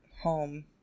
home